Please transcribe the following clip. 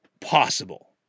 possible